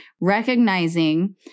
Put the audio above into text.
recognizing